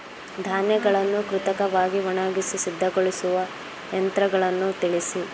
ಧಾನ್ಯಗಳನ್ನು ಕೃತಕವಾಗಿ ಒಣಗಿಸಿ ಸಿದ್ದಗೊಳಿಸುವ ಯಂತ್ರಗಳನ್ನು ತಿಳಿಸಿ?